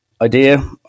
idea